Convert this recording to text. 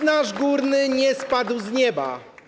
Usnarz Górny nie spadł z nieba.